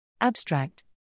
Abstract